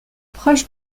proche